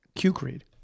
Q-Creed